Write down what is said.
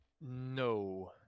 No